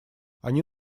они